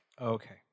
Okay